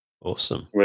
Awesome